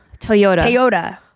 Toyota